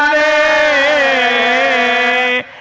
a